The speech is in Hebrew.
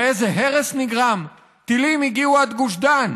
ואיזה הרס נגרם: טילים הגיעו עד גוש דן,